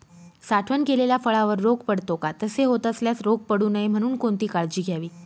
साठवण केलेल्या फळावर रोग पडतो का? तसे होत असल्यास रोग पडू नये म्हणून कोणती काळजी घ्यावी?